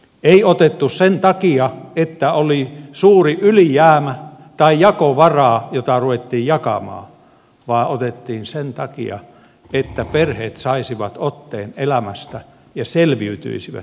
ei otettu sen takia että oli suuri ylijäämä tai jakovara jota ruvettiin jakamaan vaan otettiin sen takia että perheet saisivat otteen elämästä ja selviytyisivät